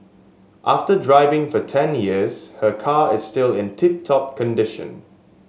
after driving for ten years her car is still in tip top condition